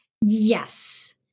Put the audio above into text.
Yes